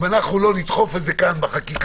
אם אנחנו לא נדחוף את זה כאן בחקיקה,